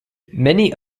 many